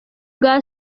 bwa